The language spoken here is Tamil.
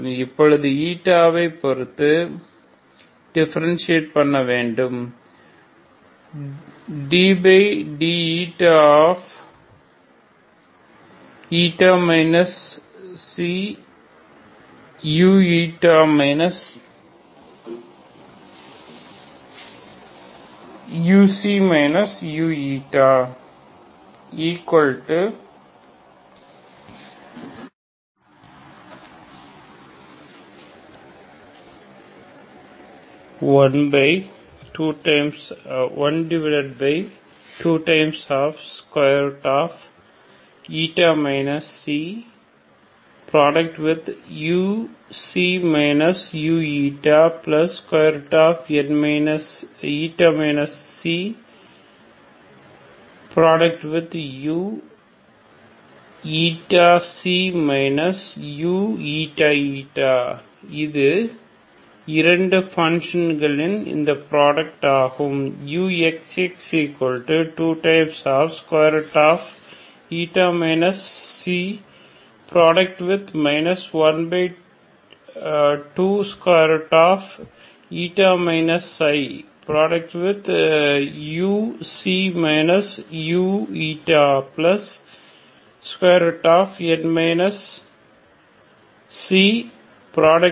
இப்போது η ஐ பொருத்து டிஃபரண்ஷியேட் பன்ன வேண்டும் dd u u12 u u uηξ uηη இது இரண்டு ஃபங்ஷன் களின் இந்த புராடக்ட் ஆகும்